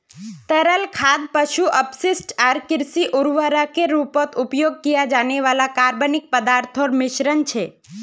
तरल खाद पशु अपशिष्ट आर कृषि उर्वरकेर रूपत उपयोग किया जाने वाला कार्बनिक पदार्थोंर मिश्रण छे